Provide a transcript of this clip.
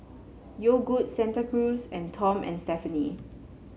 Yogood Santa Cruz and Tom and Stephanie